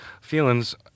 feelings